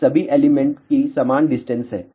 इन सभी एलिमेंट की समान डिस्टेंस है